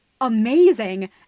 amazing